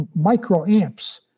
microamps